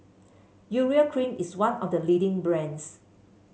Urea Cream is one of the leading brands